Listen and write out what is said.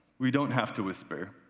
we don't have to whisper.